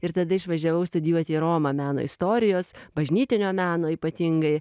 ir tada išvažiavau studijuot į romą meno istorijos bažnytinio meno ypatingai